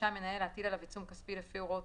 רשאי המנהל להטיל עליו עיצום כספי לפי הוראות